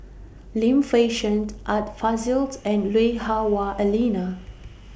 Lim Fei Shen Art Fazil and Lui Hah Wah Elena